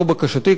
זו בקשתי.